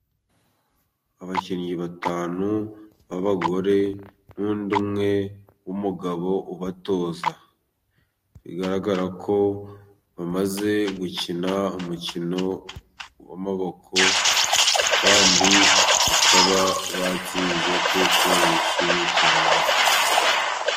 Abakinnyi batanu b'abagore n'undi umwe w'umugabo ubatoza, bigaragara ko bamaze gukina umukino w'amaboko kandi bakaba batsinze kuko bishimye cyane.